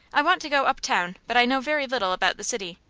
i want to go uptown, but i know very little about the city.